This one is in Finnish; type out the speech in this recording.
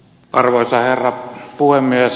arvoisa herra puhemies